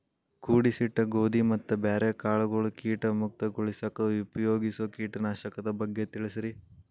ಕೂಡಿಸಿಟ್ಟ ಗೋಧಿ ಮತ್ತ ಬ್ಯಾರೆ ಕಾಳಗೊಳ್ ಕೇಟ ಮುಕ್ತಗೋಳಿಸಾಕ್ ಉಪಯೋಗಿಸೋ ಕೇಟನಾಶಕದ ಬಗ್ಗೆ ತಿಳಸ್ರಿ